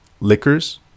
liquors